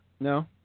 No